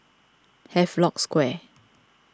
Havelock Square